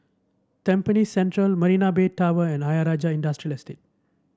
Tampines Central Marina Bay Tower and Ayer Rajah Industrial Estate